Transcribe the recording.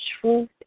truth